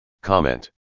Comment